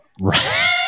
Right